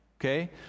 Okay